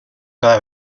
cada